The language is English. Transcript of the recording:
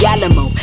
Alamo